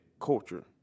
culture